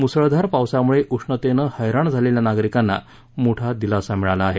मुसळधार पावसामुळे उष्णतेने हध्यि झालेल्या नागरिकांना मोठा दिलासा मिळाला आहे